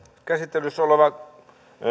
käsittelyssä oleva